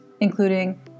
including